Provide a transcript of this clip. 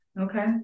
Okay